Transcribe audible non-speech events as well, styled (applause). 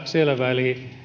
(unintelligible) selvä